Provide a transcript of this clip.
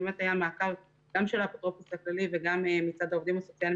היה מעקב גם של האפוטרופוס הכללי וגם מצד העובדים הסוציאליים